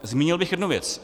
Zmínil bych jednu věc.